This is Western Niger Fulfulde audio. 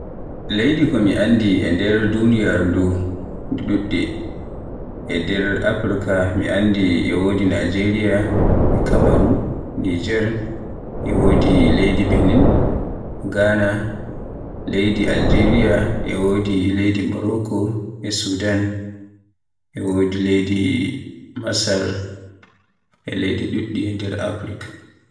Leyɗe ko mi anndi e nder duniyaaru ndu ɗe ɗuɗɗe. E nder Afrik mi anndi e wodi Najeriya, Nijer, kamaru, e wodi leydi Benin, Ghana, leydi Mali e Aljeriya, e wodi leydi Morocco e Sudan e Masar leyde dudde e Afrik. E Asiya ma e wodi leyde ɓuri chappanɗe nayi ko hawti e Kotoye Indiya, Sin, Saudiyya e Japan, e Pakistan, Indonesia e leyde fere-fere. So mi sooyke Yurop bo e wodi leyde Ingila, Faransi, Portugal, Girka, Jamus, Rasha, Ukraine, Italy, Netherlands, e leydi Spain e Turkiyya.